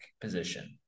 position